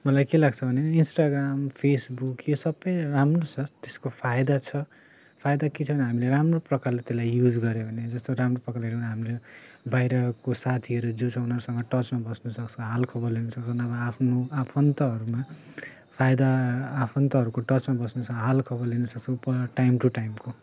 मलाई के लाग्छ भने नि इन्स्टाग्राम फेसबुक यो सबै राम्रो छ त्यसको फाइदा छ फाइदा के छ भने हामीले राम्रो प्रकारले त्यसलाई युज गऱ्यो भने जस्तो राम्रो प्रकारले हामीले बाहिरको साथीहरू जोसँग उनीहरूसँग टचमा बस्नु सक्छ हालखबर लिनु सक्छ नभए आफ्नो आफन्तहरूमा फाइदा आफन्तहरूको टचमा बस्नु सक्छ हालखबर लिनु सक्छ प टाइम टु टाइमको